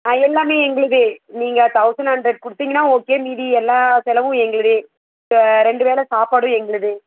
ஆ எல்லாமே எங்களது நீங்கள் தௌசண்ட் ஹண்ட்ரட் கொடுத்துங்கன்னா ஓகே மீதி எல்லா செலவும் எங்களுதே ரெண்டு வேளை சாப்பாடும் எங்களுதே